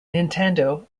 nintendo